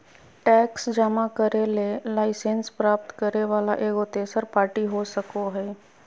tax जमा करे ले लाइसेंस प्राप्त करे वला एगो तेसर पार्टी हो सको हइ